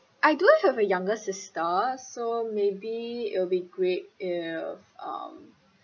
I do have a younger sister so maybe it'll be great if um